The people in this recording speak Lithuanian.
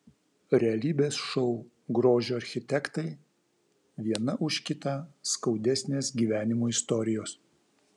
realybės šou grožio architektai viena už kitą skaudesnės gyvenimo istorijos